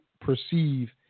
perceive